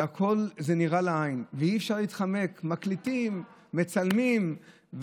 הכול נראה לעין ואי-אפשר להתחמק, מקליטים, מצלמים.